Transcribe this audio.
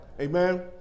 Amen